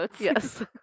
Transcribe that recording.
Yes